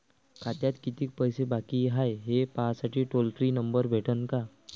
खात्यात कितीकं पैसे बाकी हाय, हे पाहासाठी टोल फ्री नंबर भेटन का?